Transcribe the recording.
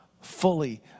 fully